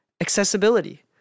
accessibility